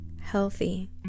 healthy